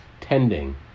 tending